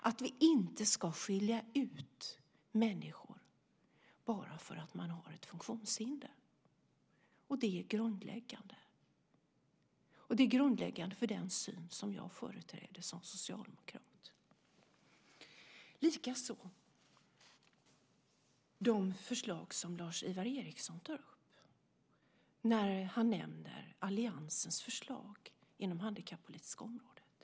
Vi ska inte skilja ut människor bara för att de har ett funktionshinder. Det är grundläggande, och det är grundläggande för den syn som jag företräder som socialdemokrat. Likaså är det med de förslag som Lars-Ivar Ericson tar upp. Han nämner alliansens förslag inom det handikappolitiska området.